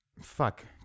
fuck